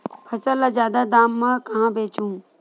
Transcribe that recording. फसल ल जादा दाम म कहां बेचहु?